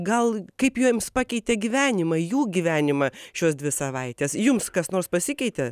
gal kaip jiems pakeitė gyvenimą jų gyvenimą šios dvi savaites jums kas nors pasikeitė